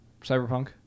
Cyberpunk